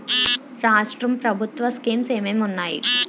రాష్ట్రం ప్రభుత్వ స్కీమ్స్ ఎం ఎం ఉన్నాయి?